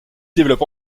développe